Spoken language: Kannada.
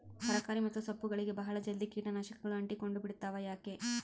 ತರಕಾರಿ ಮತ್ತು ಸೊಪ್ಪುಗಳಗೆ ಬಹಳ ಜಲ್ದಿ ಕೇಟ ನಾಶಕಗಳು ಅಂಟಿಕೊಂಡ ಬಿಡ್ತವಾ ಯಾಕೆ?